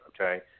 okay